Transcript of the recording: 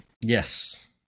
yes